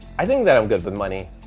i think that i'm good with money.